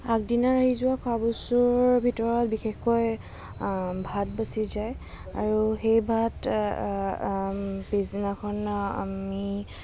আগদিনাৰ আহি যোৱা খোৱা বস্তুৰ ভিতৰত বিশেষকৈ ভাত বাচি যায় আৰু সেই ভাত পিছদিনাখন আমি